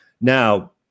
Now